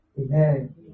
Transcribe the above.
Amen